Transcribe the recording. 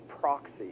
proxy